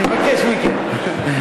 אני מבקש מכם.